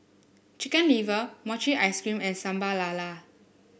Chicken Liver Mochi Ice Cream and Sambal Lala